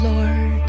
Lord